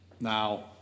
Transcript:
Now